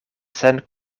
sen